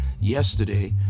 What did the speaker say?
yesterday